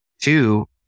Two